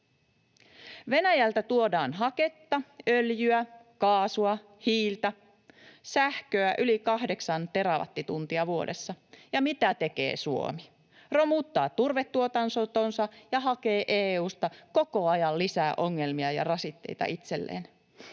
Venäjältä tuodaan haketta, öljyä, kaasua, hiiltä, sähköä yli 8 terawattituntia vuodessa, ja mitä tekee Suomi? Romuttaa turvetuotantonsa ja hakee EU:sta koko ajan lisää ongelmia ja rasitteita itselleen.